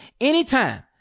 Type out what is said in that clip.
anytime